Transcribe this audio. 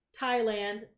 thailand